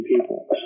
people